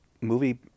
movie